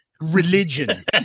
religion